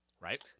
right